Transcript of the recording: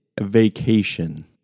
vacation